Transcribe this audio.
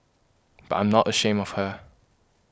but I'm not ashamed of her